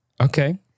Okay